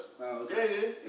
okay